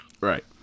Right